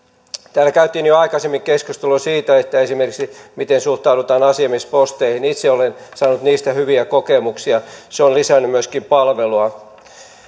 täällä käytiin jo aikaisemmin keskustelua siitä miten suhtaudutaan esimerkiksi asiamiesposteihin itse olen saanut niistä hyviä kokemuksia se on lisännyt myöskin palvelua